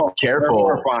careful